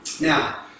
Now